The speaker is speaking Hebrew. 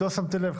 לא שמתי לב.